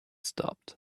stopped